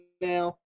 now